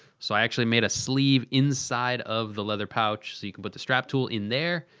so i actually made a sleeve inside of the leather pouch so you can put the strap tool in there.